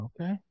Okay